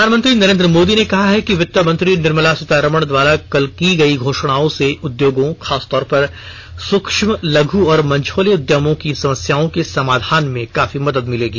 प्रधानमंत्री नरेन्द्र मोदी ने कहा है कि वित्त मंत्री निर्मला सीतारमण द्वारा कल की गई घोषणाओं से उद्योगों खासतौर पर सुक्ष्म लघु और मझौले उद्यमों की समस्याओं के समाधान में काफी मदद मिलेगी